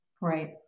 Right